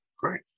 Great